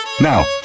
Now